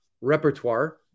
repertoire